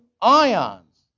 ions